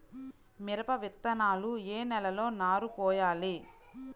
మిరప విత్తనాలు ఏ నెలలో నారు పోయాలి?